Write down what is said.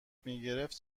میگرفت